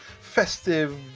festive